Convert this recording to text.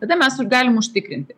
tada mes ir galime užtikrinti